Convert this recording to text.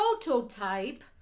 prototype